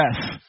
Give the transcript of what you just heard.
death